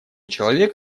человек